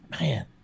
man